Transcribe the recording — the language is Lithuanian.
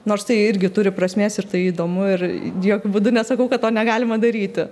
nors tai irgi turi prasmės ir tai įdomu ir jokiu būdu nesakau kad to negalima daryti